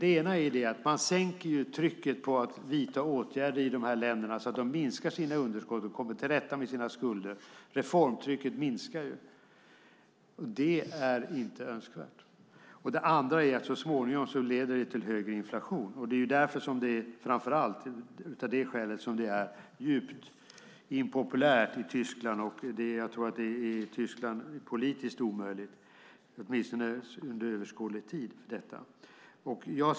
Den ena är att man sänker trycket på de här länderna att vidta åtgärder så att de minskar sina underskott och kommer till rätta med sina skulder. Reformtrycket minskar. Det är inte önskvärt. Den andra effekten är att det så småningom leder till högre inflation. Det är framför allt av det skälet som det är djupt impopulärt i Tyskland. Jag tror att det är politiskt omöjligt i Tyskland, åtminstone under överskådlig tid.